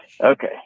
Okay